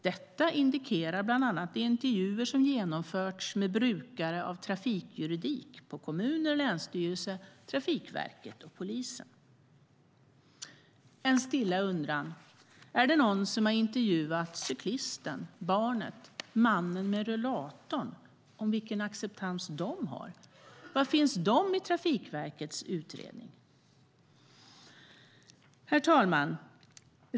Detta indikerar bland annat de intervjuer som genomförts med brukare av trafikjuridik på kommuner, länsstyrelser, Trafikverket och polisen." En stilla undran: Är det någon som har intervjuat cyklisten, barnet, mannen med rollatorn för att höra vilken acceptans de har? Var finns de i Trafikverkets utredning? Herr talman!